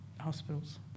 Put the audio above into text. hospitals